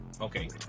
okay